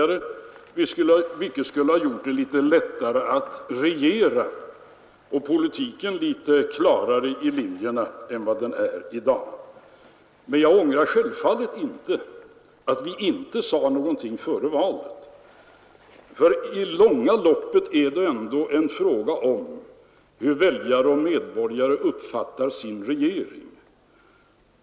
Det skulle ha gjort det litet lättare att regera, och det skulle också ha gjort politiken klarare i linjerna än den är i dag. Men jag ångrar självfallet inte att vi inte sade någonting före valet, ty i det långa loppet är det ändå en fråga om hur väljare och medborgare uppfattar sin regering.